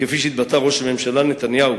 כפי שהתבטא ראש הממשלה נתניהו,